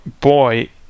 boy